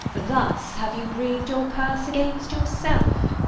thus have you breath'd your curse against yourself.